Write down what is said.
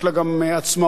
יש לה גם עצמאות,